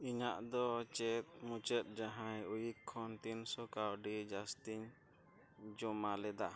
ᱤᱧᱫᱚ ᱪᱮᱫ ᱢᱩᱪᱟᱹᱫ ᱡᱟᱦᱟᱸ ᱩᱭᱤᱠ ᱠᱷᱚᱱ ᱛᱤᱱᱥᱚ ᱠᱟᱣᱰᱤ ᱡᱟᱥᱛᱤᱧ ᱡᱚᱢᱟ ᱞᱮᱫᱟ